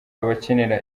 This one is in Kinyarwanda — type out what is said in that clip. abakenera